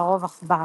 לרוב עכבר.